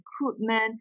recruitment